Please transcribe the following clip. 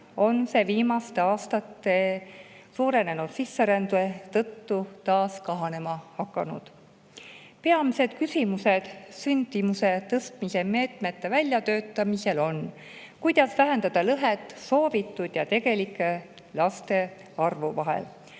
siis viimastel aastatel on see suurenenud sisserände tõttu taas kahanema hakanud. Peamised küsimused sündimuse tõstmise meetmete väljatöötamisel on, kuidas vähendada lõhet soovitud ja tegeliku laste arvu vahel,